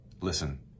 Listen